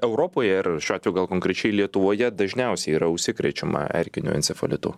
europoje ir šiuo atveju gal konkrečiai lietuvoje dažniausiai yra užsikrečiama erkiniu encefalitu